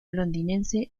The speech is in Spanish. londinense